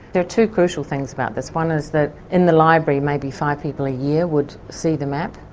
there are two crucial things about this. one is that in the library maybe five people a year would see the map.